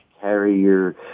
carrier